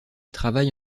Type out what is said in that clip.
travaille